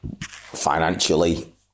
financially